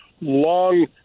long